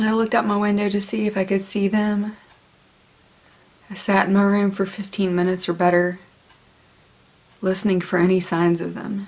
me i looked out my window to see if i could see them i sat in my room for fifteen minutes or better listening for any signs of them